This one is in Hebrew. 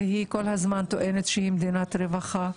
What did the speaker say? והיא כל הזמן טוענת שהיא מדינת רווחה.